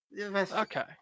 Okay